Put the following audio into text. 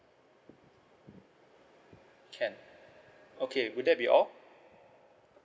can okay will that be all